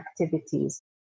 activities